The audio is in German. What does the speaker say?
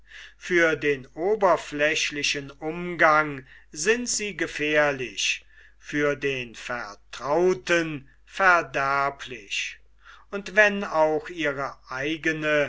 für den oberflächlichen umgang sind sie gefährlich für den vertrauten verderblich und wenn auch ihre eigene